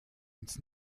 uns